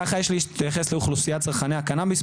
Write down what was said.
כך יש להתייחס לאוכלוסיית צרכני הקנאביס,